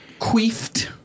queefed